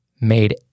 made